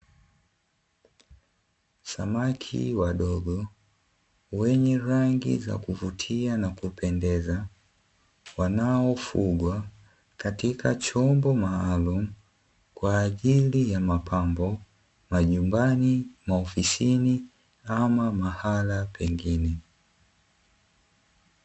Samaki wadogo wenye rangi za kuvutia na kupendeza wanaofugwa katika chombo maalumu kwa ajili ya mapambo majumbani, maofisini ama mahala pengine.